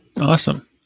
Awesome